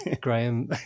graham